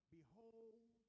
Behold